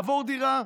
לעבור דירה.